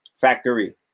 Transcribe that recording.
Factory